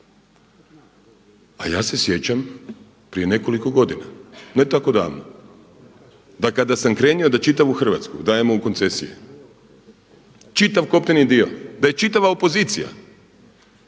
A ja se sjećam prije nekoliko godina ne tako davno, da kada sam krenuo da čitavu Hrvatsku dajemo u koncesije, čitav kopneni dio, da je čitava opozicija,